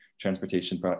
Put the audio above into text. transportation